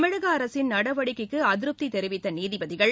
தமிழக அரசின் நடவடிக்கைக்கு அதிருப்தி தெரிவித்த நீதிபதிகள்